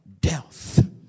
death